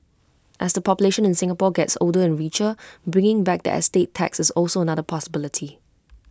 as the population in Singapore gets older and richer bringing back the estate tax is also another possibility